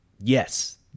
Yes